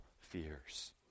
fears